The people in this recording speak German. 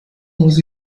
muss